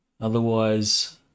Otherwise